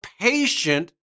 patient